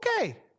Okay